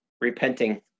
repenting